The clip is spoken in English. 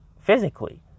physically